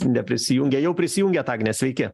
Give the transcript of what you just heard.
neprisijungė jau prisijungė agne sveiki